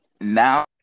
Now